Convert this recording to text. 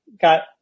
got